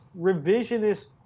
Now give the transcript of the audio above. revisionist